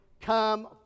Come